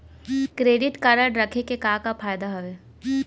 Credit card रखे के का का फायदा हवे?